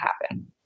happen